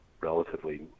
relatively